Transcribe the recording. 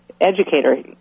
educator